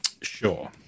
Sure